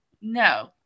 no